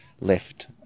left